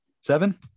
seven